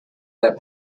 that